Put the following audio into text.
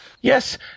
Yes